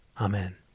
Amen